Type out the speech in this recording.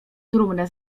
trumnę